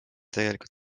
tegelikult